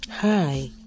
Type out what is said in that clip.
Hi